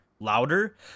louder